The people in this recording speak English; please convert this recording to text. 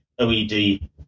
OED